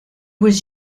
was